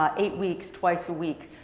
um eight weeks twice a week,